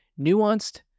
nuanced